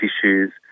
issues